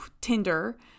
tinder